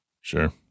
Sure